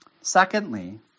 Secondly